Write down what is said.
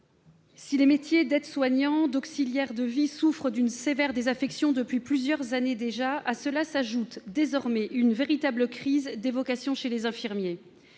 Si les métiers d'aide-soignant et d'auxiliaire de vie souffrent d'une sévère désaffection depuis plusieurs années déjà, s'y ajoute désormais une véritable crise des vocations chez les infirmiers.